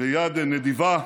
ביד נדיבה,